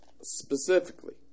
specifically